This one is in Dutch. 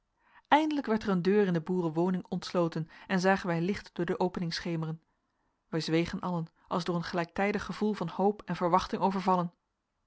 eindelijk werd er een deur in de boerenwoning ontsloten en zagen wij licht door de opening schemeren wij zwegen allen als door een gelijktijdig gevoel van hoop en verwachting overvallen